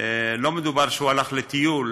לא מדובר שהוא הלך לטיול,